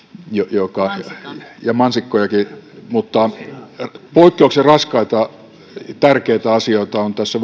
joka ja mansikkojakin mutta poikkeuksellisen raskaita tärkeitä asioita on tässä